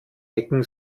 ecken